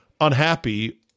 unhappy